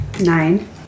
Nine